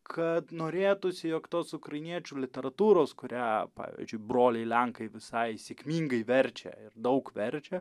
kad norėtųsi jog tos ukrainiečių literatūros kurią pavyzdžiui broliai lenkai visai sėkmingai verčia ir daug verčia